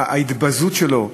ההתבזות שלו,